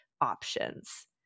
options